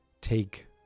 Take